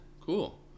cool